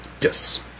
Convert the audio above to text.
Yes